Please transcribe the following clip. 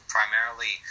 Primarily